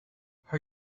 her